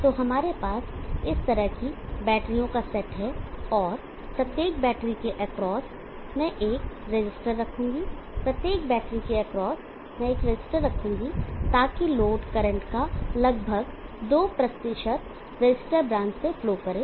तो हमारे पास इस तरह की बैटरीओं का सेट है और प्रत्येक बैटरी के एक्रॉस मैं एक रसिस्टर रखूँगा प्रत्येक बैटरी के एक्रॉस मैं एक रसिस्टर रखूँगा ताकि लोड करंट का लगभग 2 रसिस्टर ब्रांच से फ्लो करें